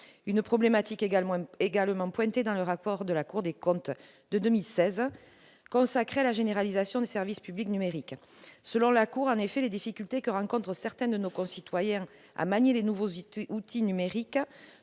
une problématique également soulignée dans le rapport de la Cour des comptes de 2016 consacré à la « généralisation des services publics numériques ». Selon la Cour des comptes, les difficultés que rencontrent certains de nos concitoyens à manier les nouveaux outils numériques